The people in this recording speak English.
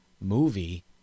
movie